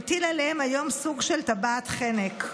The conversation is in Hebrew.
מטיל עליהם היום סוג של טבעת החנק.